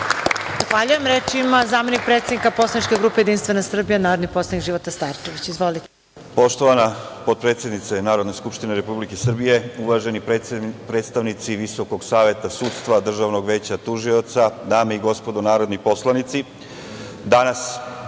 Zahvaljujem. Reč ima zamenik predsednika poslaničke grupe Jedinstvena Srbija, narodni poslanik Života Starčević. Izvolite. **Života Starčević** Zahvaljujem. Poštovana potpredsednice Narodne skupštine Republike Srbije, uvaženi predstavnici Visokog saveta sudstva, Državnog veća tužioca, dame i gospodo narodni poslanici, danas